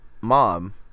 mom